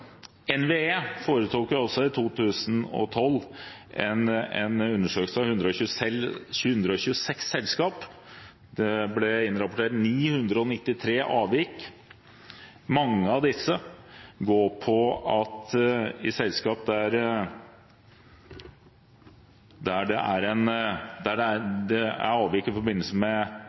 NVE foretok også i 2012 en undersøkelse av 126 selskaper. Det ble innrapportert 993 avvik. Mange av disse gjelder selskap der det er avvik i forbindelse med sammenblanding av nett og salg av kraft – det er altså en sammenblanding i